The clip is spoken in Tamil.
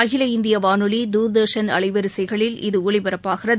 அகில இந்திய வானொலி தூர்தர்ஷன் அலைவரிசைகளில் இது ஒலிபரப்பாகிறது